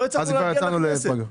לא הצלחנו להגיע לכנסת.